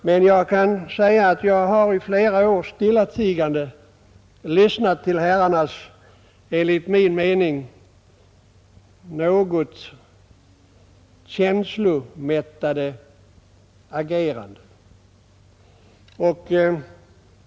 Men jag har i flera år stillatigande lyssnat till herrarnas enligt min mening något känslomässiga debatterande.